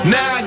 Now